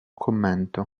commento